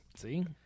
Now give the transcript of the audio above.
See